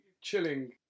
chilling